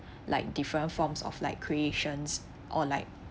like different forms of like creations or like